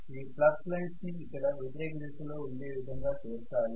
ఇవి flux lines ని ఇక్కడ వ్యతిరేక దిశలో ఉండే విధంగా చేస్తాయి